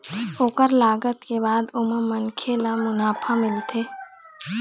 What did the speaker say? ओखर लागत के बाद ओमा मनखे ल मुनाफा मिलथे